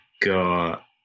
got